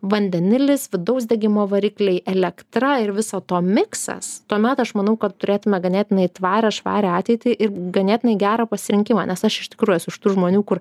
vandenilis vidaus degimo varikliai elektra ir viso to miksas tuomet aš manau kad turėtume ganėtinai tvarią švarią ateitį ir ganėtinai gerą pasirinkimą nes aš iš tikrųjų esu iš tų žmonių kur